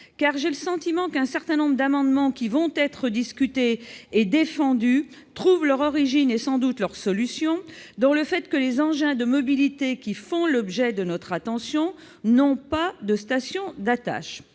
car j'ai le sentiment qu'un certain nombre d'amendements qui vont être défendus et dont nous débattrons trouvent leur origine et, sans doute, leur solution dans le fait que les engins de mobilité qui font l'objet de notre attention n'ont pas de station d'attache.